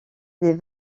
des